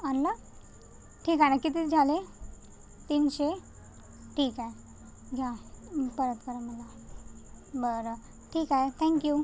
आणलं ठीक आहे आणि किती झाले तीनशे ठीक आहे घ्या परत करा मला बरं ठीक आहे थँक्यू